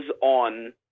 on